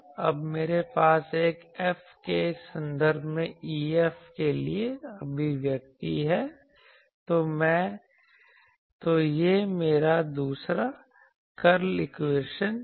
अब मेरे पास एक F के संदर्भ में EF के लिए अभिव्यक्ति है तो यह मेरा दूसरा कर्ल इक्वेशन है